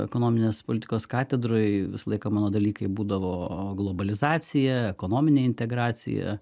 ekonominės politikos katedroj visą laiką mano dalykai būdavo globalizacija ekonominė integracija